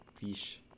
fish